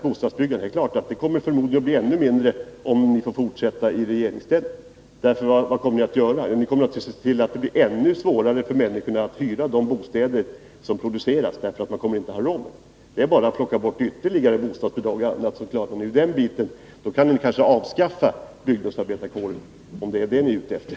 Bostadsbyggandet kommer förmodligen att bli ännu lägre om ni får fortsätta i regeringsställning. För vad kommer ni att göra? Jo, ni kommer att se till att det blir ännu svårare för människorna att hyra de bostäder som produceras, därför att de kommer inte att ha råd med det. Det är bara att plocka bort ytterligare bostadsbidrag. Då kan ni kanske avskaffa byggnadsarbetarkåren, om det är det som ni är ute efter.